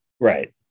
Right